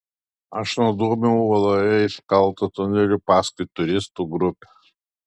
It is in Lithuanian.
aš nudūmiau uoloje iškaltu tuneliu paskui turistų grupę